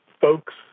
folks